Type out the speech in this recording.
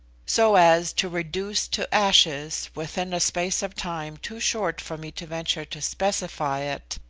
so as to reduce to ashes within a space of time too short for me to venture to specify it,